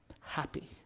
happy